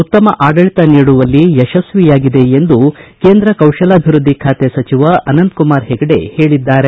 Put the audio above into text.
ಉತ್ತಮ ಆಡಳಿತ ನೀಡುವಲ್ಲಿ ಯಶಸ್ವಿಯಾಗಿದೆ ಎಂದು ಕೇಂದ್ರ ಕೌಶಲಾಭಿವೃದ್ಧಿ ಖಾತೆ ಸಚಿವ ಅನಂತಕುಮಾರ್ ಹೆಗಡೆ ಹೇಳಿದ್ದಾರೆ